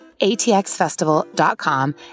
atxfestival.com